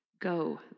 Go